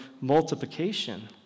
multiplication